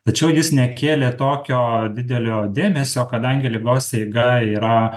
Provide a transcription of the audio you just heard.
tačiau jis nekėlė tokio didelio dėmesio kadangi ligos eiga yra